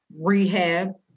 Rehab